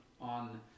on